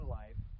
life